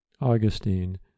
Augustine